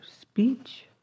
speech